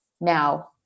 now